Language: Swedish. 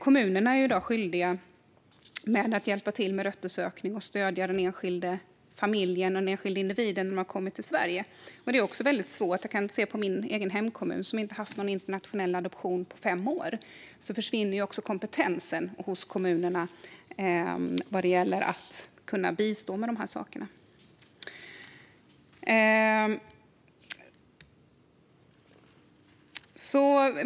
Kommunerna är i dag skyldiga att hjälpa till med röttersökning och med att stödja den enskilda familjen och den enskilda individen när man kommer till Sverige. Men det är också svårt. Exempelvis min hemkommun har inte haft någon internationell adoption på fem år, och på så vis försvinner kompetensen hos kommunerna att kunna bistå med de här sakerna.